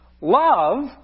Love